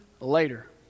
later